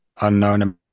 unknown